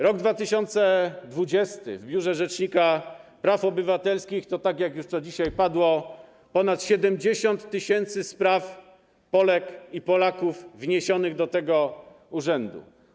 Rok 2020 w Biurze Rzecznika Praw Obywatelskich to, tak jak już to dzisiaj padło, ponad 70 tys. spraw Polek i Polaków wniesionych do tego urzędu.